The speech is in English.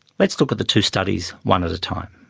let's look at the two studies one at a time.